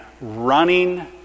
running